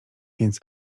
więc